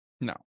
No